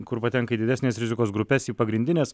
kur patenka į didesnės rizikos grupes į pagrindines